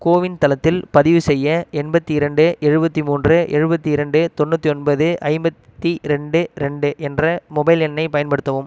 CoWIN தளத்தில் பதிவு செய்ய எண்பத்தி இரண்டு எழுபத்தி மூன்று எழுபத்தி இரண்டு தொண்ணூத்தி ஒன்பது ஐம்பத்தி ரெண்டு ரெண்டு என்ற மொபைல் எண்ணைப் பயன்படுத்தவும்